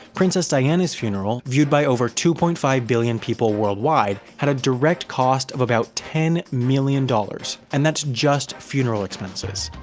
princess diana's funeral, viewed by over two point five billion people worldwide, had a direct cost of about ten million dollars. and that's just funeral expenses.